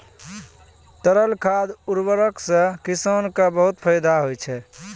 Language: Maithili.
तरल खाद उर्वरक सें किसान क बहुत फैदा होय छै